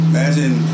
Imagine